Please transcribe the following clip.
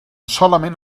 solament